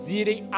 irem